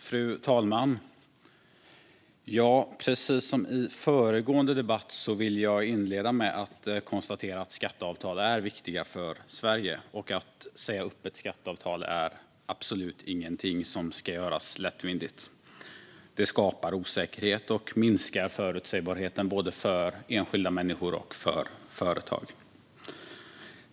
Fru talman! Precis som i föregående debatt vill jag börja med att konstatera att skatteavtal är viktiga för Sverige. Att säga upp ett skatteavtal är absolut ingenting som ska göras lättvindigt. Det skapar osäkerhet och minskar förutsägbarheten för både enskilda människor och företag.